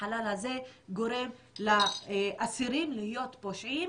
החלל הזה גורם לאסירים להיות פושעים,